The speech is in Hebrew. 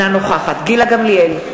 גילה גמליאל,